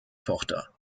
tochter